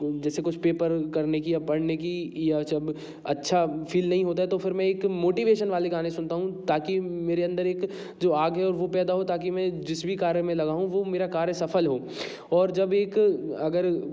जैसे कुछ पेपर करने कि या पढ़ने की या जब अच्छा फील नहीं होता है तो फिर मैं एक मोटिवेशन वाले गाने सुनता हूँ ताकि मेरे अंदर एक जो आगे और वो पैदा हो ताकि मैं जिस भी कार्य में लगा हूँ वो मेरा कार्य सफल हो और जब एक अगर